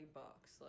bucks